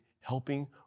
helping